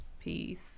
Peace